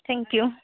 thank you